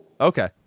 Okay